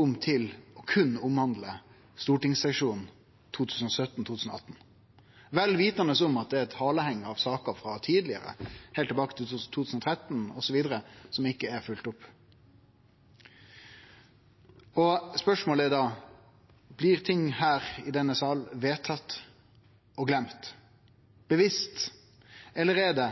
om til berre å handle om stortingssesjonen 2017–2018, vel vitande om at det er eit haleheng av saker frå tidlegare – heilt tilbake til 2013 osv. – som ikkje er følgde opp. Spørsmålet blir da: Blir ting vedtatt og gløymde bevisst her i denne salen, eller er det